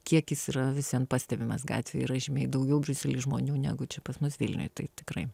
kiekis yra visiems pastebimas gatvėje yra žymiai daugiau briusely žmonių negu čia pas mus vilniuj tai tikrai